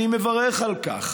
אני מברך על כך.